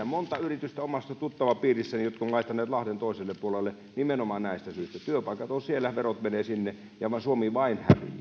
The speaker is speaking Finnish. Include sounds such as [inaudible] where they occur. [unintelligible] monta yritystä omassa tuttavapiirissäni jotka ovat vaihtaneet lahden toiselle puolelle nimenomaan näistä syistä työpaikat ovat siellä verot menevät sinne ja suomi vain